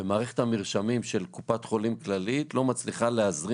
ומערכת המרשמים של קופת חולים כללית לא מצליחה להזרים